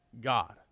God